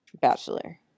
Bachelor